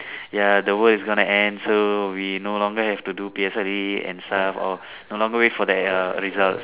ya the world is gonna end so we no longer have to do P_S_L_E and stuff or no longer wait for the err results